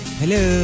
hello